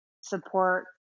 support